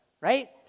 right